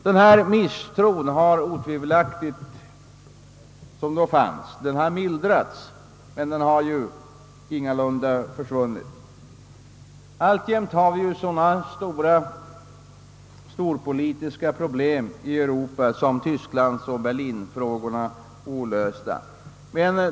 Denna misstro har mildrats men ingalunda försvunnit. Alltjämt är sådana storpolitiska problem i Europa som Tysklandsoch Berlin-frågorna olösta.